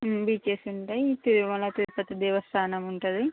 beaches ఉంటాయి తిరుమల తిరుపతి దేవస్థానం ఉంటుంది